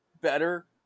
better